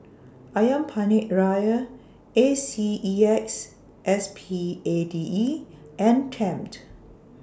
Ayam Penyet Ria A C E X S P A D E and Tempt